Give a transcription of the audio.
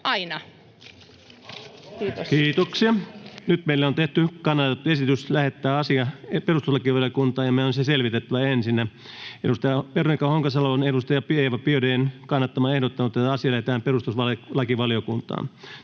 Content: Kiitoksia. — Nyt meillä on tehty kannatettu esitys lähettää asia perustuslakivaliokuntaan, ja meidän on se selvitettävä ensinnä. Edustaja Veronika Honkasalo on edustaja Eva Biaudet’n kannattamana ehdottanut, että asia lähetetään perustuslakivaliokuntaan.